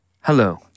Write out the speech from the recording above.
Hello